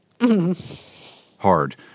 Hard